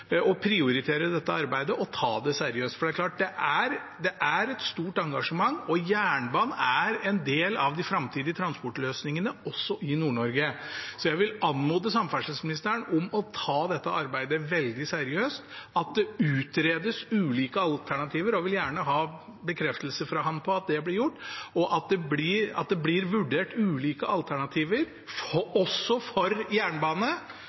å prioritere dette arbeidet og ta det seriøst. For det er et stort engasjement, og jernbanen er en del av de framtidige transportløsningene også i Nord-Norge. Jeg vil anmode samferdselsministeren om å ta dette arbeidet veldig seriøst, og at det utredes ulike alternativer. Jeg vil gjerne ha bekreftelse fra ham på at det blir gjort, at det blir vurdert ulike alternativer, også for jernbane